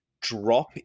drop